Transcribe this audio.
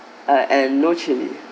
uh and no chilli